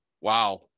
Wow